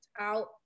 out